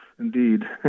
Indeed